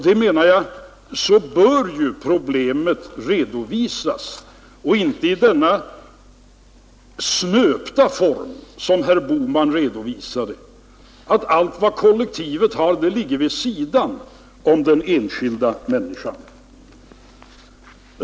Jag menar att problemet bör redovisas så här och inte i denna snöpta form som herr Bohman redovisade, nämligen att allt vad kollektivet har ligger vid sidan om den enskilda människan och hennes behov.